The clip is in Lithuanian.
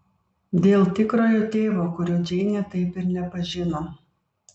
dėl tikrojo tėvo kurio džeinė taip ir nepažino